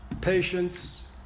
patience